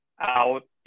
out